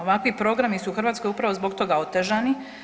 Ovakvi programi su u Hrvatskoj upravo zbog toga otežani.